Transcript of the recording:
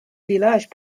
villages